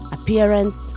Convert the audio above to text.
appearance